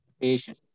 patient